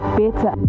better